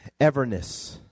Everness